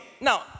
now